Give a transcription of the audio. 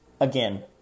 Again